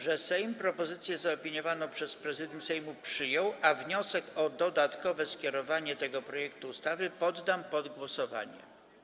że Sejm propozycję zaopiniowaną przez Prezydium Sejmu przyjął, a wniosek o dodatkowe skierowanie tego projektu ustawy poddam pod głosowanie.